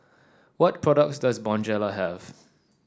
what products does Bonjela have